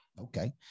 okay